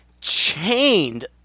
chained